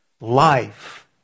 Life